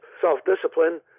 self-discipline